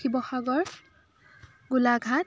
Sivasagar Golaghat